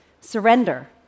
surrender